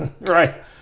Right